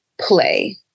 play